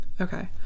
okay